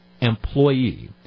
employee